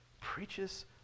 Preaches